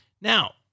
Now